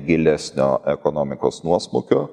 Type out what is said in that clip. gilesnio ekonomikos nuosmukio